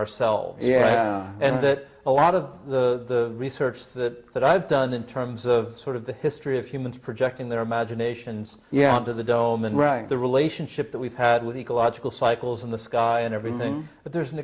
ourselves and that a lot of the research that that i've done in terms of sort of the history of humans projecting their imaginations yeah into the dome and running the relationship that we've had with ecological cycles in the sky and everything but there's an